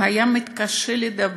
הוא מתקשה לדבר.